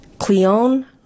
Cleon